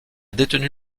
détenu